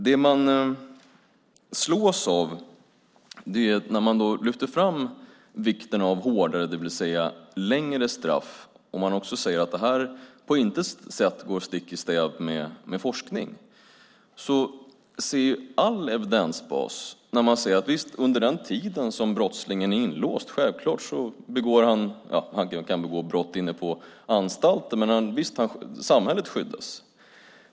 Det jag slås av är att man lyfter fram vikten av hårdare, det vill säga längre, straff och att man också säger att det på intet sätt går stick i stäv med forskning. All evidens säger att under den tid som brottslingen är inlåst - självklart kan han begå brott inne på anstalten - är samhället skyddat.